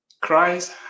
Christ